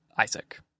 Isaac